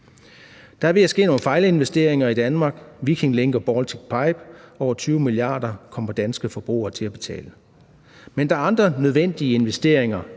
Der er ved at ske nogle fejlinvesteringer i Danmark: Viking Link og Baltic Pipe – over 20 mia. kr. kommer danske forbrugere til at betale. Men der er andre nødvendige investeringer